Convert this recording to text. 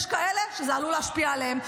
יש כאלה שזה עלול להשפיע עליהם,